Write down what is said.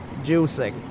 juicing